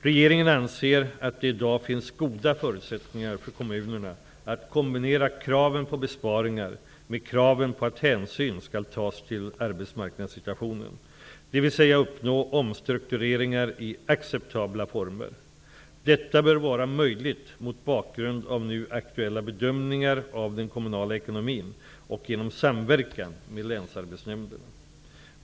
Regeringen anser att det i dag finns goda förutsättningar för kommunerna att kombinera kraven på besparingar med kraven på att hänsyn skall tas till arbetsmarknadssituationen, dvs. uppnå omstruktureringar i acceptabla former. Detta bör vara möjligt mot bakgrund av nu aktuella bedömningar av den kommunala ekonomin, och genom samverkan med länsarbetsnämnderna.